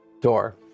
door